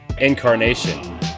incarnation